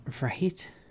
Right